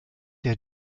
der